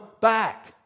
back